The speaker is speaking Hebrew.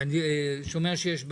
אני שומע שיש בעיות.